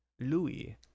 Louis